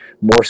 more